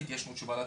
יש לנו תשובות לתת,